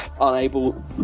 unable